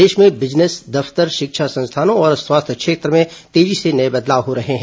देश में बिजनेस दफ्तर शिक्षा संस्थानों और स्वास्थ्य क्षेत्र में तेजी से नये बदलाव हो रहे हैं